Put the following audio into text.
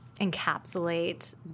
encapsulate